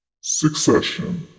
succession